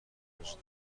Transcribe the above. وجود